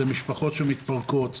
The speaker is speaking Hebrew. זה משפחות שמתפרקות,